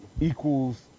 equals